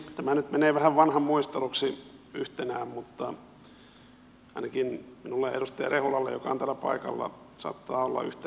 tämä nyt menee vähän vanhan muisteluksi yhtenään mutta ainakin minulla ja edustaja rehulalla joka on täällä paikalla saattaa olla yhteinen trauma